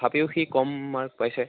তথাপিও সি কম মাৰ্ক পাইছে